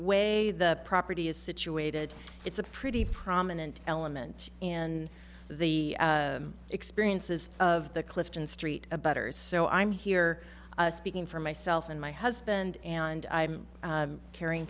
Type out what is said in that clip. way the property is situated it's a pretty prominent element in the experiences of the clifton street abettors so i'm here speaking for myself and my husband and i'm carrying